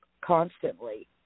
constantly